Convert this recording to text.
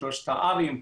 שלושת ה R-ים,